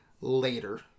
later